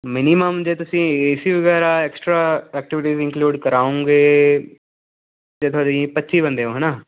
minimum ਜੇ ਤੁਸੀਂ A C ਵਗੈਰਾ ਐਕਸਟਰਾ ਐਕਟੀਵਿਟੀਜ਼ ਇੰਕਲੂਡ ਕਰਾਉਂਗੇ ਤਾਂ ਤੁਹਾਡੀ ਪੱਚੀ ਬੰਦੇ ਹੋ ਹੈ ਨਾ